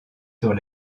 sur